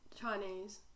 Chinese